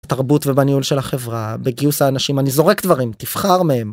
תרבות ובניהול של החברה בגיוס האנשים אני זורק דברים תבחר מהם.